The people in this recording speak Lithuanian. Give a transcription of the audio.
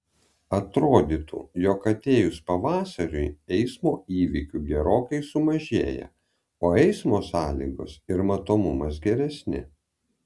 atrodytų jog atėjus pavasariui eismo įvykių gerokai sumažėja o eismo sąlygos ir matomumas geresni